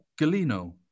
Galino